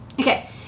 Okay